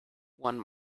one